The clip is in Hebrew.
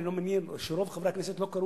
אני מניח שרוב חברי הכנסת לא קראו